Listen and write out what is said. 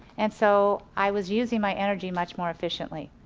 and so i was using my energy much more efficiently.